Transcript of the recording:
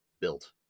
built